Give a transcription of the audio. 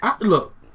Look